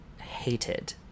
hated